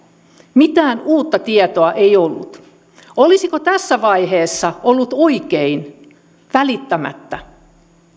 mitään uutta tietoa ei ollut olisiko tässä vaiheessa ollut oikein olla välittämättä